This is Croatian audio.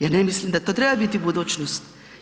Ja ne mislim da to treba biti budućnost.